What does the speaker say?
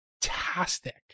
Fantastic